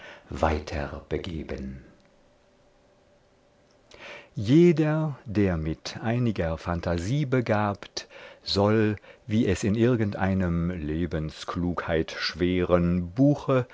weiter begeben jeder der mit einiger phantasie begabt soll wie es in irgendeinem lebensklugheitschweren buche